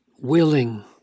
willing